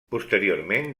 posteriorment